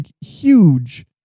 huge